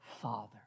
Father